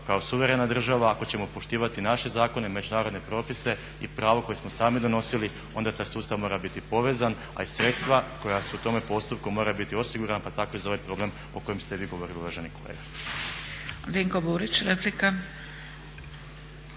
kao suverena država ako ćemo poštivati naše zakone, međunarodne propise i pravo koje smo sami donosili onda taj sustav mora biti povezan, a sredstva koja su u tome postupku moraju biti osigurana pa tako i za ovaj program o kojem ste vi govorili uvaženi kolega.